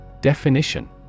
Definition